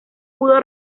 pudo